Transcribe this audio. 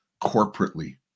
corporately